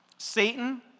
Satan